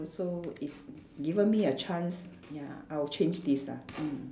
so if given me a chance ya I will change this ah mm